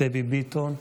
דבי ביטון,